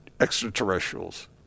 extraterrestrials